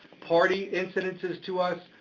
party incidences to us,